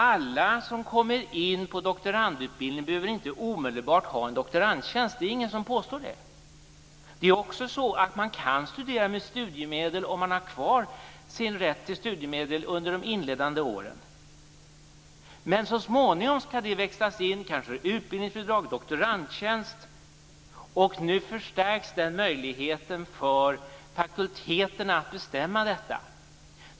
Alla som kommer in på doktorandutbildning behöver inte omedelbart ha en doktorandtjänst. Ingen påstår heller det. Man kan studera med studiemedel om man har kvar sin rätt till studiemedel under de inledande åren. Men så småningom skall det växlas in i kanske utbildningsbidrag eller en doktorandtjänst. Nu förstärks möjligheten för fakulteterna att bestämma detta.